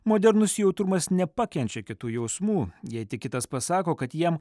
modernus jautrumas nepakenčia kitų jausmų jei kitas pasako kad jiem